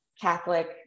Catholic